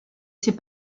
ses